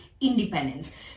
independence